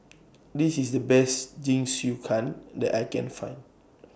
This IS The Best Jingisukan that I Can Find